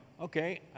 okay